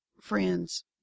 friends